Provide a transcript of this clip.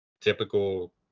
typical